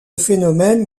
phénomène